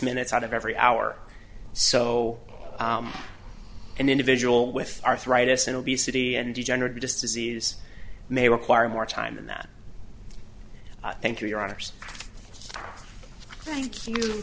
minutes out of every hour so an individual with arthritis and obesity and degenerative disc disease may require more time than that thank you